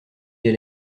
elle